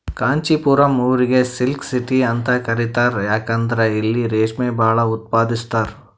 ಕಾಂಚಿಪುರಂ ಊರಿಗ್ silk city ಅಂತ್ ಕರಿತಾರ್ ಯಾಕಂದ್ರ್ ಇಲ್ಲಿ ರೇಶ್ಮಿ ಭಾಳ್ ಉತ್ಪಾದಸ್ತರ್